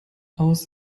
aus